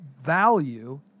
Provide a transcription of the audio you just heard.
value